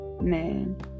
man